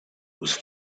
was